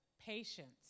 patience